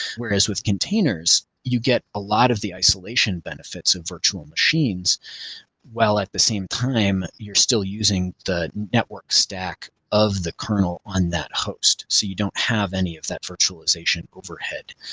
whereas with containers, you get a lot of the isolation benefits of virtual machines while at the same time, you're still using the network stack of the kernel on that host. so you don't have any of that virtualization overhead.